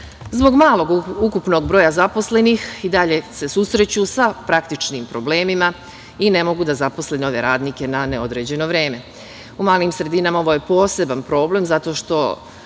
zbog malog ukupnog broja zaposlenih, i dalje se susreću sa praktičnim problemima i ne mogu da zaposle nove radnike na neodređeno vreme.U malim sredinama ovo je poseban problem, zato što